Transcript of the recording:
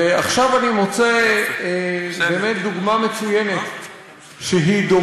ועכשיו אני מוצא באמת דוגמה מצוינת שדומה